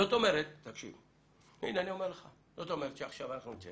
זאת אומרת שעכשיו אנחנו נצא